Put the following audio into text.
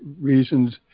reasons